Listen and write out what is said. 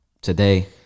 today